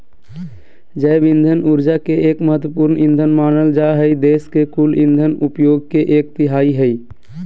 जैव इंधन ऊर्जा के एक महत्त्वपूर्ण ईंधन मानल जा हई देश के कुल इंधन उपयोग के एक तिहाई हई